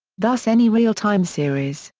thus any real time series,